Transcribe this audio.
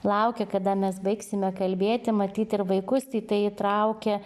laukia kada mes baigsime kalbėti matyt ir vaikus į tai įtraukia